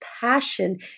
passion